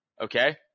Okay